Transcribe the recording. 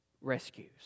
rescues